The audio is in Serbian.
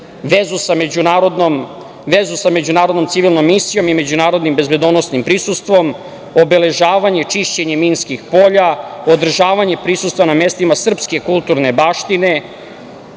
vezu sa međunarodnom civilnom misijom i međunarodnim bezbedonosnim prisustvom, obeležavanje i čišćenje minskih polja, održavanje prisustva na mestima srpske kulturne baštine,